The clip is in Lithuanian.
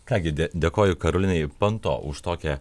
ką gi dė dėkoju karolinai panto už tokią